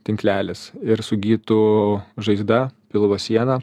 tinklelis ir sugytų žaizda pilvo siena